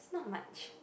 not much